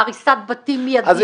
בהריסת בתים מיידית,